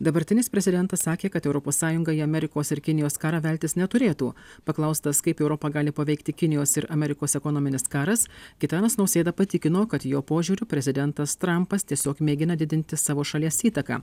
dabartinis prezidentas sakė kad europos sąjunga į amerikos ir kinijos karą veltis neturėtų paklaustas kaip europa gali paveikti kinijos ir amerikos ekonominis karas gitanas nausėda patikino kad jo požiūriu prezidentas trampas tiesiog mėgina didinti savo šalies įtaką